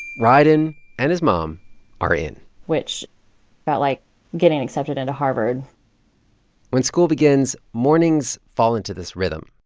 rieden and his mom are in which felt like getting accepted into harvard when school begins, mornings fall into this rhythm.